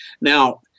Now